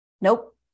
Nope